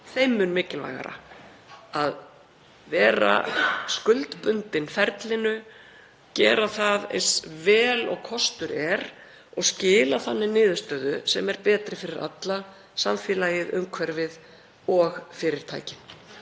Þeim mun mikilvægara er að vera skuldbundinn ferlinu, gera það eins vel og kostur er og skila þannig niðurstöðu sem er betri fyrir allt samfélagið, umhverfið og fyrirtæki.